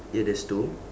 ya that's two